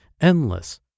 endless